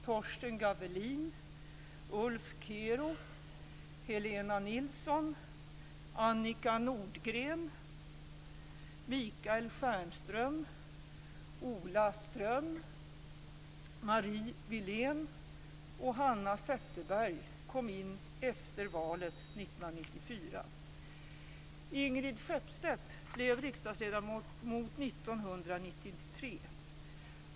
Jörgen Persson har varit statsrådsersättare för Margareta Winberg under denna mandatperiod.